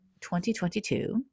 2022